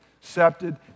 accepted